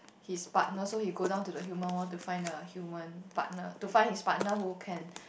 his partner so he go down to the human world to find a human partner to find his partner who can